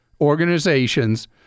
organizations